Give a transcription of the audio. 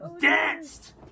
danced